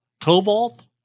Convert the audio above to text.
cobalt